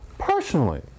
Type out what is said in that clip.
Personally